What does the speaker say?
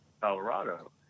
colorado